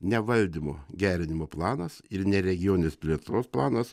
ne valdymo gerinimo planas ir ne regioninės plėtros planas